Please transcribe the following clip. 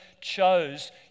Chose